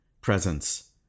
presence